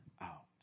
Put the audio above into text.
out